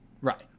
Right